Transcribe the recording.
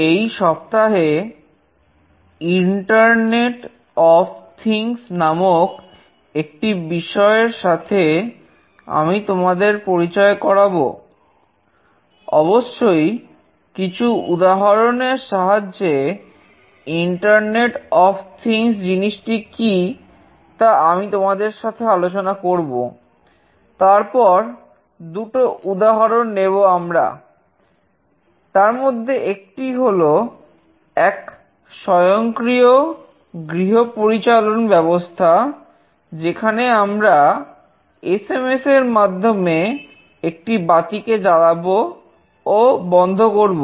এই সপ্তাহে internet of things এর মাধ্যমে একটি বাতিকে জ্বালাবো ও বন্ধ করব